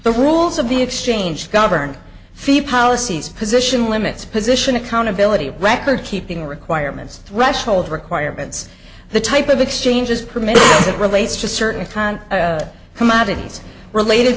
the rules of the exchange govern fee policies position limits position accountability of record keeping requirements threshold requirements the type of exchange is permitted as it relates to certain time commodities related